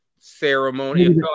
ceremony